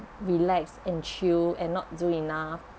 relax and chill and not do enough